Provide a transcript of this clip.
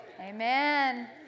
Amen